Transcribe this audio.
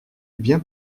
bien